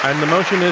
um the motion,